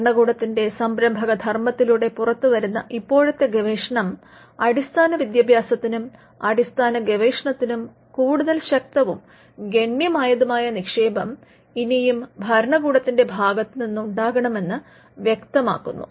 ഭരണകൂടത്തിന്റെ സംരഭകധർമ്മത്തിലൂടെ പുറത്തുവരുന്ന ഇപ്പോഴത്തെ ഗവേഷണം അടിസ്ഥാനവിദ്യാഭ്യാസത്തിനും അടിസ്ഥാനഗവേഷണത്തിനും കൂടുതൽ ശക്തവും ഗണ്യമായതുമായ നിക്ഷേപം ഇനിയും ഭരണകൂടത്തിന്റെ ഭാഗത്തു നിന്നുണ്ടാകണം എന്ന് വ്യതമാക്കുന്നു